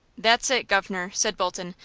that's it, governor, said bolton,